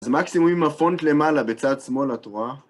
אז מקסימום אם הפונט למעלה, בצד שמאל את רואה .